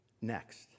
next